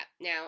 Now